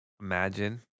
Imagine